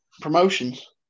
Promotions